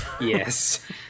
Yes